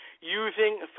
using